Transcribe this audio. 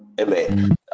Amen